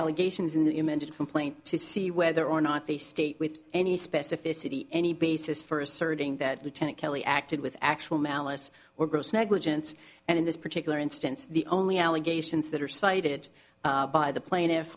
allegations in the amended complaint to see whether or not they state with any specificity any basis for asserting that lieutenant calley acted with actual malice or gross negligence and in this particular instance the only allegations that are cited by the pla